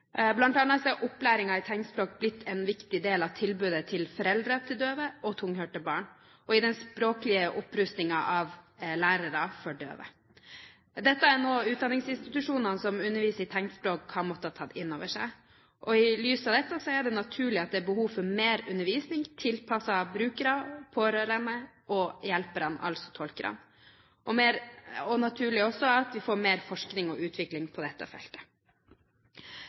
er opplæringen i tegnspråk blitt en viktig del av tilbudet til foreldre til døve og tunghørte barn og i den språklige opprustningen av lærere for døve. Dette er noe utdanningsinstitusjonene som underviser i tegnspråk, har måttet ta inn over seg, og i lys av dette er det naturlig at det er behov for mer undervisning tilpasset brukerne, pårørende og hjelperne, altså tolkene. Det er naturlig også at vi får mer forskning og utvikling på dette feltet.